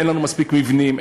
אין לנו מספיק מבנים,